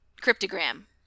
cryptogram